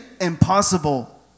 impossible